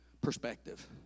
perspective